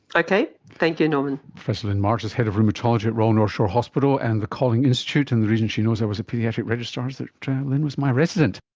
okay, thank you norman. professor lyn march is head of rheumatology at royal north shore hospital and the kolling institute, and the reason she knows that i was a paediatric registrar is that lyn was my resident